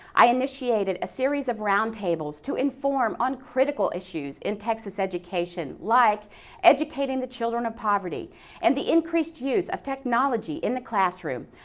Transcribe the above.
i initiated a series of round tables to inform on critical issues in texas education like educating the children of poverty and the increased use of technology in the classroom.